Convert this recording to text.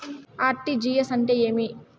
RTGS అంటే ఏమి?